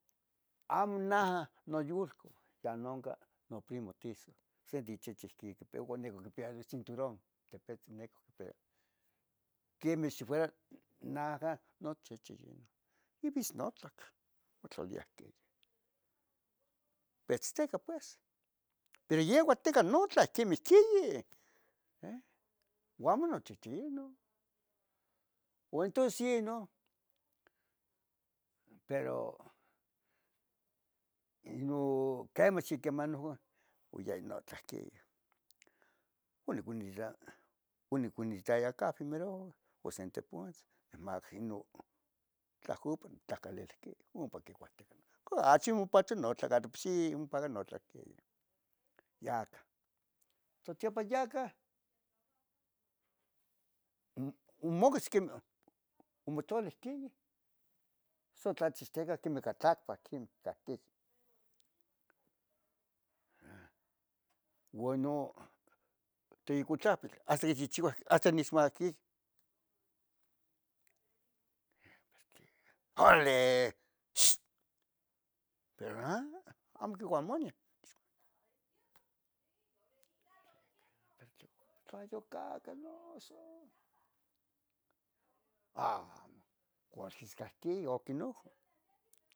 amo naah noyulcou, yen noncan noprimo tirso sen tichichi ihquipia, uan ica quipia icinturon tepetzen pero quemeh si fuera naah nochichi inon ivisnotlac motlatliah queh petzteca pues, pero yeuatica notla ihquih mihquiyi eh, una amo nochichi inon, uan tos yeh inon, pero, oh, quemach iquemanoh uan, oyaya notlah ihquin, oniconita, oniconitaya cafen pero osentepouitz, me imagino, tlahcopan, tlahcalil quin, ompa quicuahticah non cachi omopacho notlan cadopxi ompacah notlan quin. Yacah, totiopayaca mm, onmoquitz quemoh, onmotolih ihquiyen son tlachixticah quemeh ica tlacpac, quim cahtic, ah, uan no teicuitlapil, hasta ichichiua hasta nisua quin, pero, tliga, orale. pero naah, amo quicuah moñe, tla yocahca noso amo cualquiscahqui oquinojo